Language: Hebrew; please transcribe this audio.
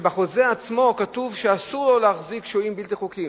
כשבחוזה עצמו כתוב שאסור לו להחזיק שוהים בלתי חוקיים.